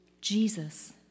Jesus